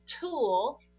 tool